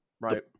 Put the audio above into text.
right